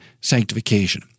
sanctification